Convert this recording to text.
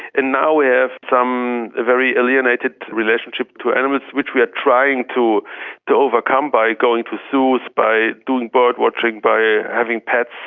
and now we have some very alienated relationships to animals which we are trying to to overcome by going to zoos, by doing birdwatching, by having pets.